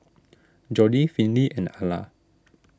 Jordi Finley and Ala